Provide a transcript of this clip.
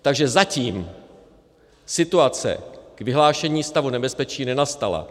Takže zatím situace k vyhlášení stavu nebezpečí nenastala.